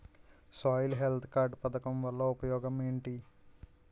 Soil health card పథకం వల్ల ఉపయోగం ఏంటి?